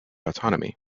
autonomy